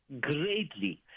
greatly